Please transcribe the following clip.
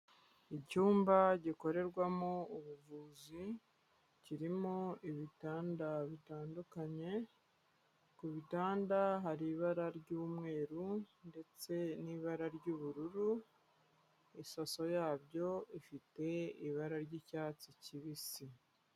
Icyumba gikorerwamo ubuvuzi, kirimo ibitanda bitandukanye, ku bitanda hari ibara ry'umweru ndetse n'ibara ry'ubururu, isaso yabyo ifite ibara ry'icyatsi kibisi.